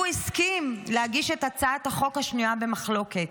הוא הסכים להגיש את הצעת החוק השנויה במחלוקת.